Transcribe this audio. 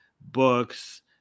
books